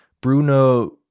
Bruno